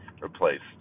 replaced